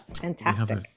fantastic